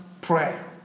prayer